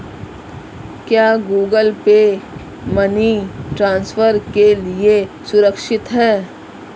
क्या Google Pay money transfer के लिए सुरक्षित है?